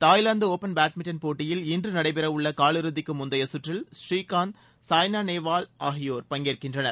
Thailand Open badminton போட்டியில் இன்று நடைபெறவுள்ள காலிறுதிக்கு முந்தைய சுற்றில் பூரீகாந்த் சாய்னா நேவால் ஆகியோர் பங்கேற்கின்றனர்